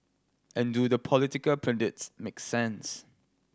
and do the political pundits make sense